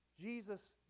Jesus